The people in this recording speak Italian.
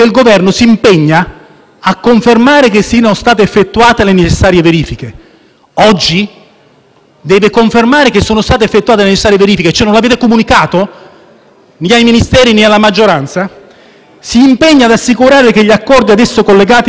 Deve confermare che sono state effettuate le necessarie verifiche: quindi non l'avete comunicato né ai Ministeri né alla maggioranza? Il Governo si impegna «ad assicurare che gli accordi ad esso collegati non interessino aspetti economico-commerciali di valenza strategica». La maggioranza chiede al Governo di impegnarsi in questo senso?